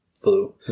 flu